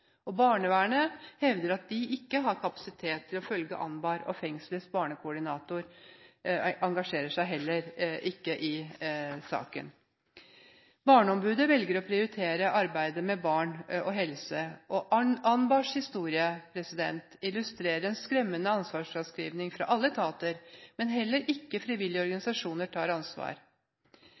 Barnevernet hevder at de ikke har kapasitet til å følge Anbar, og fengselets barnekoordinator engasjerer seg heller ikke i saken. Barneombudet velger å prioritere arbeidet med barn og helse. Anbars historie illustrerer en skremmende ansvarsfraskriving fra alle etater, men heller ikke frivillige organisasjoner tar ansvar